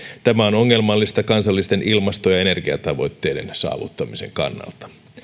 tämä on ongelmallista kansallisten ilmasto ja energiatavoitteiden saavuttamisen kannalta